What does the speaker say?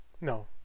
No